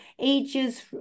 ages